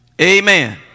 Amen